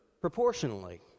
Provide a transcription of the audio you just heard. proportionally